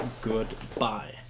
goodbye